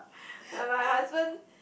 like my husband